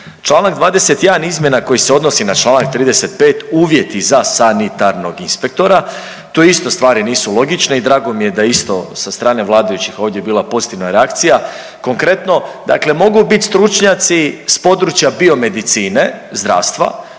Čl. 21. izmjena koji se odnosi na čl. 35. uvjeti za sanitarnog inspektora, tu isto stvari nisu logične i drago mi je da je isto sa strane vladajućih ovdje bila pozitivna reakcija. Konkretno, dakle mogu bit stručnjaci s područja biomedicine, zdravstva,